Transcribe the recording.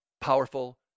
powerful